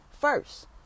first